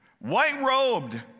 white-robed